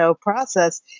process